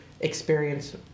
experience